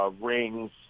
rings